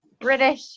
British